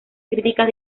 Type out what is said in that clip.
críticas